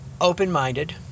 open-minded